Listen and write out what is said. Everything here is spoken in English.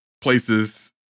places